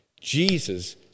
Jesus